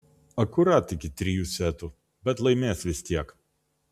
akurat iki trijų setų bet laimės vis tiek